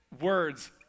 words